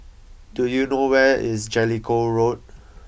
do you know where is Jellicoe Road